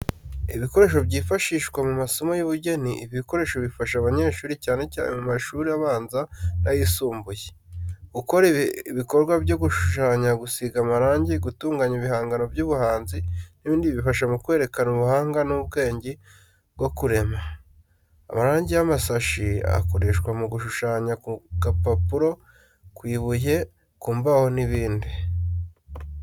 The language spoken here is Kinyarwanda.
Ibikoresho byifashishwa mu masomo y’ubugeni ibi bikoresho bifasha abanyeshuri, cyane cyane mu mashuri abanza n’ayisumbuye, gukora ibikorwa byo gushushanya, gusiga amarangi, gutunganya ibihangano by’ubuhanzi n’ibindi bifasha mu kwerekana ubuhanga n’ubwenge bwo kurema. Amarangi y’amasashi akoreshwa mu gushushanya ku gapapuro, ku ibuye, ku mbaho n'ibindi.